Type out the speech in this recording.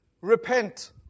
repent